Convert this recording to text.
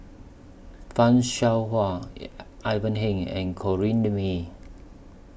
fan Shao Hua Yi Ivan Heng and Corrinne May